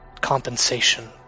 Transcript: compensation